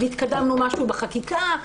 והתקדמנו משהו בחקיקה.